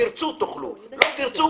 אם תרצו תאכלו, אם לא תרצו